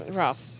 rough